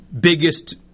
biggest